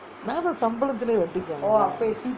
வேலே சம்பளத்துலே வெட்டிக்குவாங்கே:velae sambalathulae vettikkuvaangae